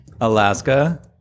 Alaska